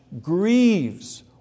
grieves